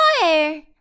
fire